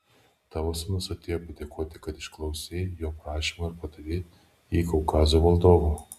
tavo sūnus atėjo padėkoti kad išklausei jo prašymo ir padarei jį kaukazo valdovu